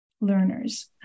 learners